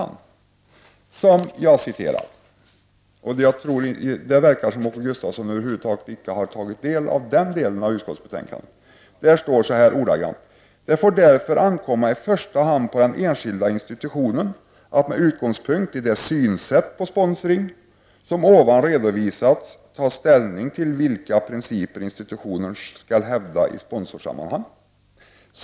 Där finns ett stycke som det verkar som om han icke har tagit del av och där det står: ”Det får därför ankomma i första hand på den enskilda institutionen att med utgångspunkt i det synsätt på sponsring som ovan redovisats ta ställning till vilka principer institutionen skall hävda i sponsorsammanhang.